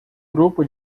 grupo